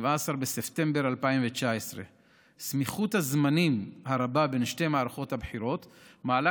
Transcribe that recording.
17 בספטמבר 2019. סמיכות הזמנים הרבה בין שתי מערכות הבחירות מעלה